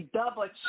double